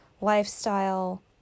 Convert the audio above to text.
lifestyle